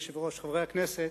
אדוני היושב-ראש, חברי הכנסת,